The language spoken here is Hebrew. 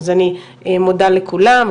אז אני מודה לכולם.